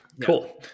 cool